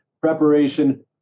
preparation